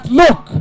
look